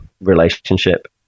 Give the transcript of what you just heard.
relationship